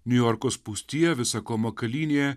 niujorko spūstyje visa ko makalynėje